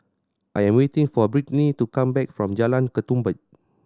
I am waiting for Britny to come back from Jalan Ketumbit